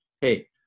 hey